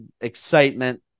excitement